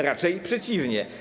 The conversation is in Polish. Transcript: Raczej przeciwnie.